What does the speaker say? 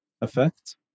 effect